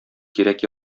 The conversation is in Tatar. кирәк